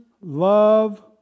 love